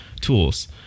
tools